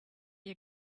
you